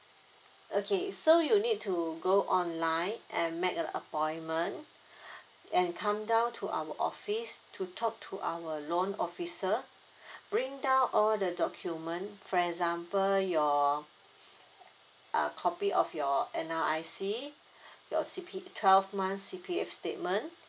okay so you need to go online and make a appointment and come down to our office to talk to our loan officer bring down all the document for example your uh copy of your N_R_I_C your C_P twelve months C_P_F statement